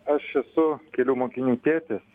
aš esu kelių mokinių tėtis